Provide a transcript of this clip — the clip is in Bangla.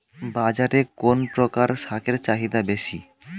বাজারে কোন প্রকার শাকের চাহিদা বেশী?